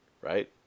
Right